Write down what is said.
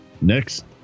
Next